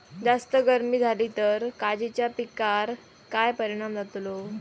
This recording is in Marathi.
जास्त गर्मी जाली तर काजीच्या पीकार काय परिणाम जतालो?